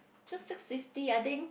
just six fifty I think